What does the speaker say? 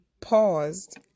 paused